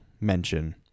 mention